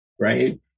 Right